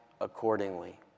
accordingly